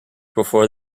before